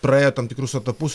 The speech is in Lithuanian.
praėję tam tikrus etapus